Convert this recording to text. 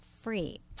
free